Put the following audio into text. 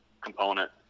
component